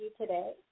today